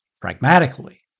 pragmatically